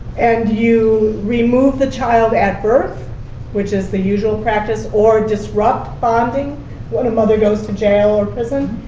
and you remove the child at birth which is the usual practice or disrupt bonding when the mother goes to jail or prison,